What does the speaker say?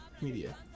media